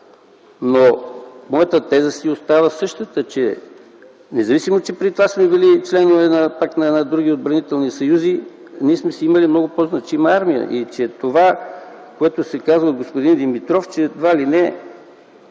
но моята теза си остава същата. Независимо че преди това сме били членове пак на едни други отбранителни съюзи, ние сме си имали много по-значима армия. Това, което се казва от господин Димитров, че едва ли не